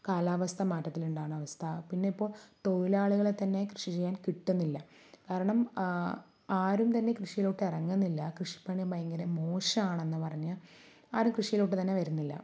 കാലാവസ്ഥ മാറ്റത്തില് ഉണ്ടാകുന്ന അവസ്ഥ പിന്നെ ഇപ്പോൾ തൊഴിലാളികളെ തന്നെ കൃഷി ചെയ്യാന് കിട്ടുന്നില്ല കാരണം ആരും തന്നെ കൃഷിയിലോട്ട് ഇറങ്ങുന്നില്ല കൃഷിപ്പണി ഭയങ്കര മോശമാണെന്ന് പറഞ്ഞ് ആരും കൃഷിയിലോട്ടു തന്നെ വരുന്നില്ല